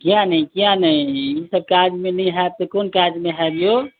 किया ने किया ने इसब काजमे नहि हैब तऽ कौन काजमे हैब यौ